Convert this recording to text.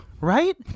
Right